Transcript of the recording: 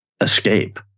escape